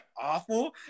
awful